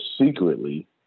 secretly